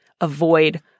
avoid